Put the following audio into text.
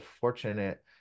fortunate